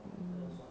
hmm